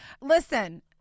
Listen